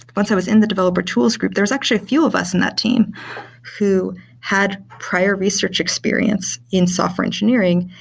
once i was in the developer tools group, there's actually a few of us in that team who had prior research experience in software engineering,